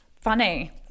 funny